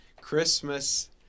Christmas